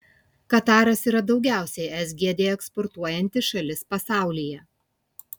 kataras yra daugiausiai sgd eksportuojanti šalis pasaulyje